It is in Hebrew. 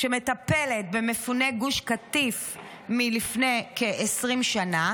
שמטפלת במפוני גוש קטיף מלפני כ-20 שנה,